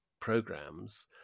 programs